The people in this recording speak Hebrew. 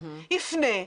יפנה.